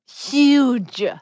Huge